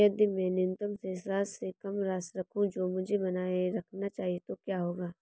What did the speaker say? यदि मैं न्यूनतम शेष राशि से कम राशि रखूं जो मुझे बनाए रखना चाहिए तो क्या होगा?